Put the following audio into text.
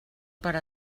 per